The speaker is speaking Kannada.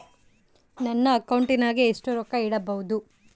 ನನ್ನ ಅಕೌಂಟಿನಾಗ ಎಷ್ಟು ರೊಕ್ಕ ಇಡಬಹುದು?